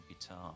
guitar